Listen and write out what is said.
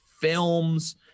films